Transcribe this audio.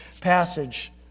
passage